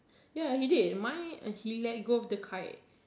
ya he did mine he let go of the kite